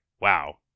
wow